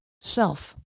self